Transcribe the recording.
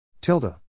Tilda